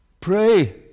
Pray